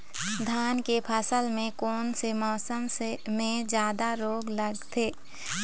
धान के फसल मे कोन से मौसम मे जादा रोग लगथे?